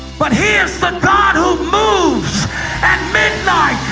but he is the god who moves at midnight.